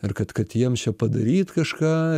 ir kad kad jiems čia padaryt kažką